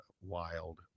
Wild